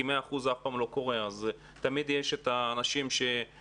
כי 100% זה אף פעם לא קורה ותמיד יש את האנשים ששומעים,